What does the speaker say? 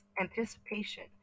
anticipation